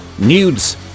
Nudes